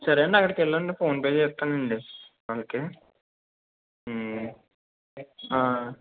సరే అండి అక్కడికి వెళ్ళండి ఫోన్పే చేస్తానండి వాళ్ళకి